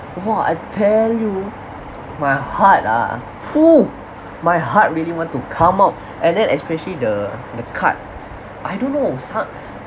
!wah! I tell you my heart ah !fuh! my heart really want to come out and then especially the the cart I don't know some